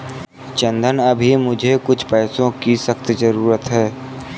चंदन अभी मुझे कुछ पैसों की सख्त जरूरत है